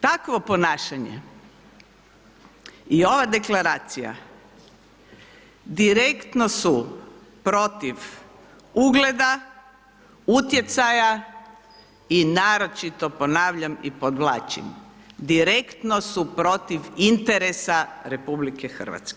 Takvo ponašanje i ova deklaracija direktno su protiv ugleda, utjecaja i naročito ponavljam i podvlačim, direktno su protiv interesa RH.